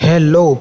Hello